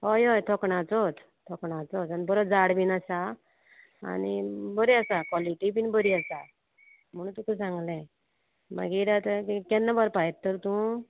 हय हय थोखणाचोत थोखणाचोत आनी बरो जाड बीन आसा आनी बरी आसा क्वॉलिटी बीन बरी आसा म्हणून तुका सांगले मागीर आतां केन्ना व्हरपा येत तर तूं